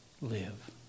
live